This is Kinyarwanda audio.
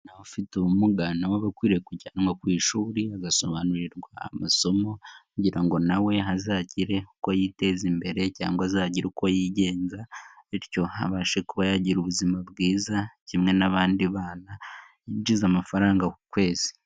N'abafite ubumuga nabo abakwiye kujyanwa ku ishuri agasobanurirwa amasomo ngira ngo nawe hazagire uko yiteza imbere cyangwa azagira uko yigenza bityo abashe kuba yagira ubuzima bwiza kimwe n'abandi bana yinjiza amafaranga buri kwezi.